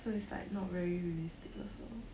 so it's like not very realistic also